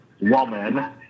woman